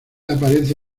aparece